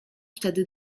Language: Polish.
wtedy